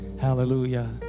Hallelujah